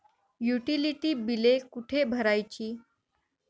Utility बिले कुठे भरायची?